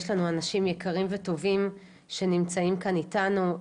יש לנו אנשים יקרים וטובים שנמצאים כאן איתנו,